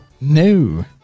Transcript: no